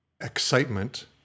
Excitement